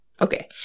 Okay